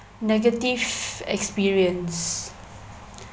negative experience